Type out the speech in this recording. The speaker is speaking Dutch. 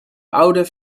oude